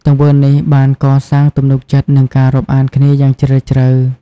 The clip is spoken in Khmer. ទង្វើនេះបានកសាងទំនុកចិត្ត និងការរាប់អានគ្នាយ៉ាងជ្រាលជ្រៅ។